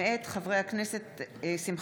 מאת חברי הכנסת משה